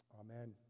Amen